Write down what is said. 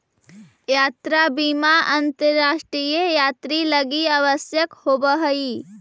यात्रा बीमा अंतरराष्ट्रीय यात्रि लगी आवश्यक होवऽ हई